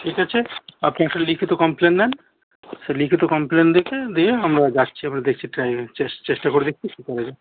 ঠিক আছে আপনি একটা লিখিত কমপ্লেন দেন সেই লিখিত কমপ্লেন দেখে দিয়ে আমরা যাচ্ছি আমরা দেখছি টাইমে চেষ্টা করে দেখছি কী করা যায়